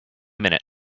minute